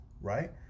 right